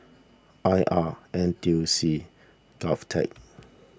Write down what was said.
I R N T U C Govtech